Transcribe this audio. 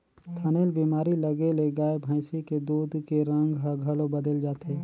थनैल बेमारी लगे ले गाय भइसी के दूद के रंग हर घलो बदेल जाथे